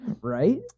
Right